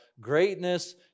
greatness